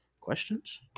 questions